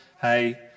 hey